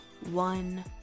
one